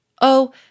Oh